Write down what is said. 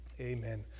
Amen